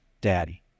Daddy